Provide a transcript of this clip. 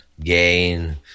gain